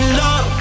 love